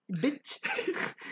Bitch